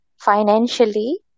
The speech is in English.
financially